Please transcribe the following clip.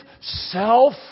self